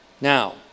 Now